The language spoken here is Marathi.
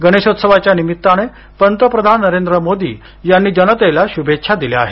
गणेशोत्सवाच्या निमित्ताने पंतप्रधान नरेंद्र मोदी यांनी जनतेला शुभेच्छा दिल्या आहेत